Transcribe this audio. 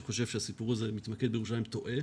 מי שחושב שהסיפור הזה מתמקד בירושלים, טועה.